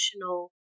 emotional